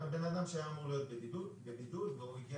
הבן אדם שהיה אמור להיות בבידוד והוא רצה